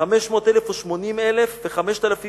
"חמש מאות אלף ושמונים אלף וחמשת אלפים